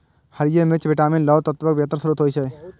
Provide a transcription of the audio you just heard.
हरियर मिर्च विटामिन, लौह तत्वक बेहतर स्रोत होइ छै